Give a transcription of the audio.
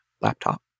laptop